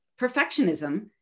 perfectionism